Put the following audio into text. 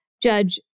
Judge